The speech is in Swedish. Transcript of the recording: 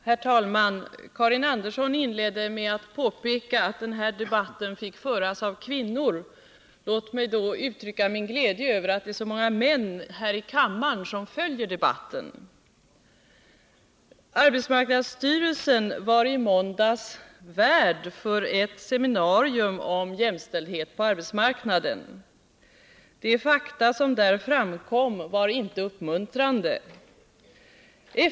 Herr talman! Karin Andersson inledde med att påpeka att denna debatt fick föras av kvinnor. Låt mig då uttrycka min glädje över att det är så många män här i kammaren som följer debatten. Arbetsmarknadsstyrelsen var i måndags värd för ett seminarium om jämställdhet på arbetsmarknaden. De fakta som där framkom var inte uppmuntrande.